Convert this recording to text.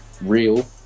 real